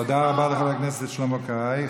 תודה רבה לחבר הכנסת שלמה קרעי.